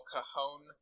Cajon